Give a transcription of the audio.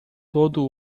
todo